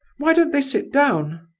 why don't they sit down?